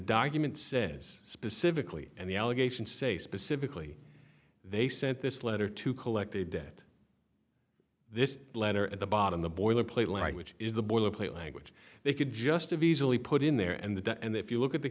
document says specifically and the allegation say specifically they sent this letter to collect a debt this letter at the bottom the boilerplate language is the boilerplate language they could just have easily put in there and the and if you look at the